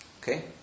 Okay